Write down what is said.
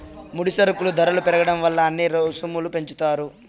ముడి సరుకుల ధరలు పెరగడం వల్ల అన్ని రుసుములు పెంచుతారు